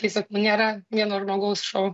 tiesiog nėra vieno žmogaus šou